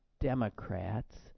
Democrats